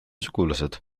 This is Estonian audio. sugulased